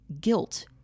guilt